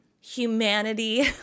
humanity